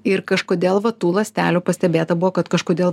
ir kažkodėl va tų ląstelių pastebėta buvo kad kažkodėl